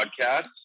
podcasts